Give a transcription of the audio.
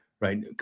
right